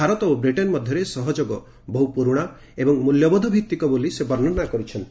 ଭାରତ ଓ ବ୍ରିଟେନ ମଧ୍ୟରେ ସହଯୋଗ ବହୁ ପୁରୁଣା ଏବଂ ମୂଲ୍ୟବୋଧ ଭିତ୍ତିକ ବୋଲି ସେ ବର୍ଣ୍ଣନା କରିଛନ୍ତି